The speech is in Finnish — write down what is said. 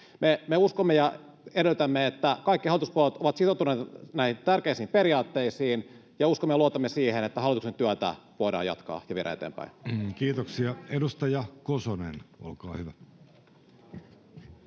Me uskomme ja edellytämme, että kaikki hallituspuolueet ovat sitoutuneet näihin tärkeisiin periaatteisiin, ja uskomme ja luotamme siihen, että hallituksen työtä voidaan jatkaa ja viedä eteenpäin. [Vasemmalta: Onko luottamusta